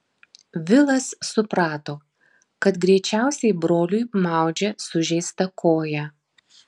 vilas suprato kad greičiausiai broliui maudžia sužeistą koją